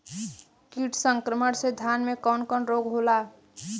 कीट संक्रमण से धान में कवन कवन रोग होला?